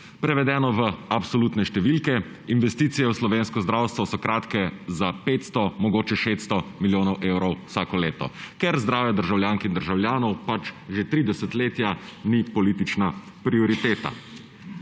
Prevedeno v absolutno številke – investicije v slovensko zdravstvo so prekratke za 500, mogoče 600 milijonov evrov vsako leto, ker zdravje državljank in državljanov pač že tri desetletja ni politična prioriteta.